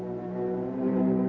and